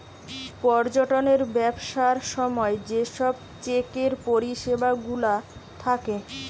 পর্যটনের ব্যবসার সময় যে সব চেকের পরিষেবা গুলা থাকে